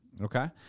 Okay